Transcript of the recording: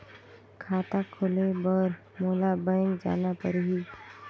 खाता खोले बर मोला बैंक जाना परही?